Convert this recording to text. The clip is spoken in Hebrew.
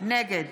נגד